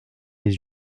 les